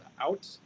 out